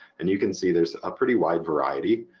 and you can see there's a pretty wide variety.